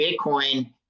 Bitcoin